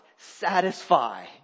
Satisfy